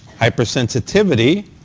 hypersensitivity